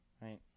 Right